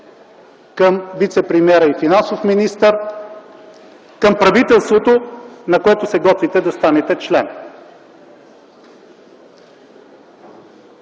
към вицепремиера и финансов министър, към правителството, на което се готвите да станете член.